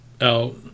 out